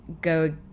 go